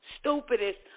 stupidest